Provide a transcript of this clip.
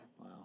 Wow